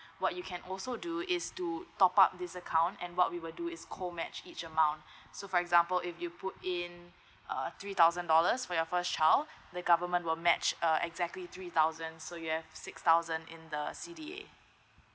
what you can also do is to top up this account and what we will do is co match each amount so for example if you put in uh three thousand dollars for your first child the government will match a exactly three thousand so you have six thousand in the C_D_A